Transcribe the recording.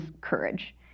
courage